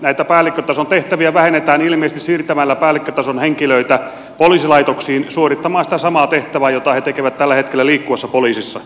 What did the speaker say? näitä päällikkötason tehtäviä vähennetään ilmeisesti siirtämällä päällikkötason henkilöitä poliisilaitoksiin suorittamaan sitä samaa tehtävää jota he tekevät tällä hetkellä liikkuvassa poliisissa